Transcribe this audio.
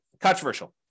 controversial